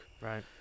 Right